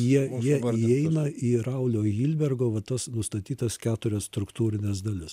jie jie įeina į raulio hilbergo va tas nustatytas keturias struktūrines dalis